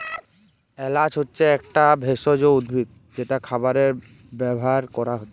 এলাচ হচ্ছে একটা একটা ভেষজ উদ্ভিদ যেটা খাবারে ব্যাভার কোরা হচ্ছে